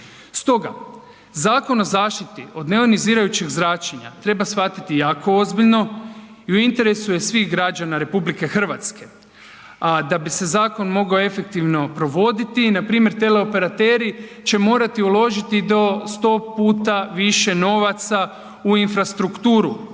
Stoga, Zakon o zaštiti od neionizirajućeg zračenja treba shvatiti jako ozbiljno i u interesu je svih građana RH, a da bi se zakon mogao efektivno provoditi, npr. teleoperateri će morati uložiti do 100 puta više novaca u infrastrukturu.